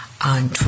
On